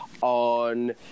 on